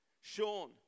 Sean